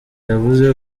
yavuze